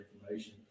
information